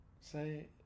say